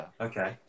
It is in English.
Okay